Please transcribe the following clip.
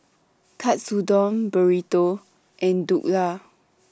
Katsudon Burrito and Dhokla